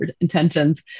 intentions